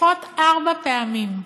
לפחות ארבע פעמים: